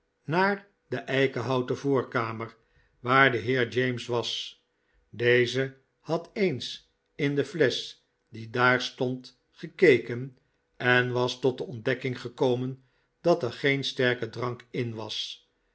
naar de eikenhouten voorkamer waar de heer james was deze had eens in de flesch die daar stond gekeken en was tot de ontdekking gekomen dat er geen sterke drank in was